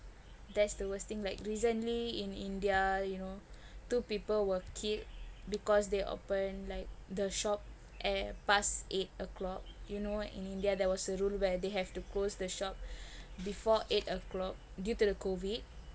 that's the worst thing like recently in india you know two people were killed because they open like the shop at past eight o'clock you know in india there was the rule where they have to close the shop before eight o'clock due to the COVID